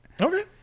Okay